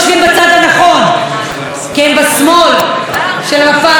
כי הם בשמאל של המפה הפוליטית.